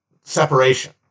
separation